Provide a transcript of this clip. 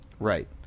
Right